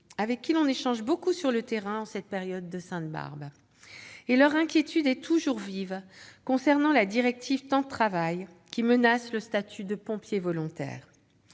avec qui l'on échange beaucoup sur le terrain en cette période de la Sainte-Barbe. Leur inquiétude est toujours vive concernant la directive Temps de travail, qui menace le statut de pompier volontaire.